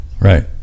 Right